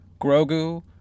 Grogu